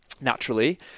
naturally